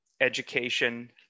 education